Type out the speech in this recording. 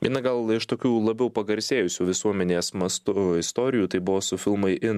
viena gal iš tokių labiau pagarsėjusių visuomenės mastu istorijų tai buvo su filmai in